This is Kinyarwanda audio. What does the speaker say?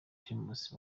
primus